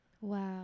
Wow